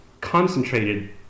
concentrated